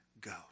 go